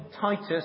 Titus